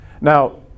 Now